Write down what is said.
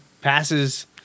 passes